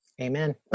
amen